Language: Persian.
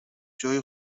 جای